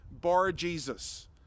Bar-Jesus